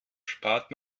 spart